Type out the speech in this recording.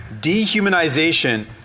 dehumanization